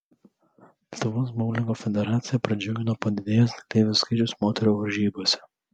lietuvos boulingo federaciją pradžiugino padidėjęs dalyvių skaičius moterų varžybose